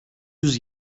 yüz